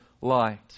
light